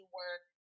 work